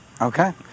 okay